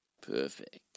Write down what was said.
Perfect